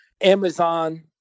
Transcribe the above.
Amazon